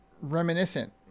reminiscent